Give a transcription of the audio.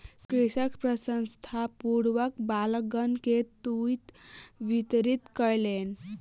कृषक प्रसन्नतापूर्वक बालकगण के तूईत वितरित कयलैन